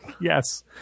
Yes